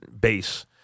base